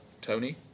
Tony